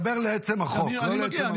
דבר לעצם החוק, לא לעצם המפלגה.